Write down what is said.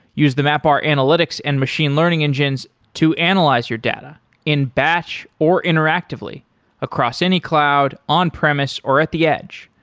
use the mapr analytics and machine learning engines to analyze your data in batch or interactively across any cloud, on-premise or at the edge.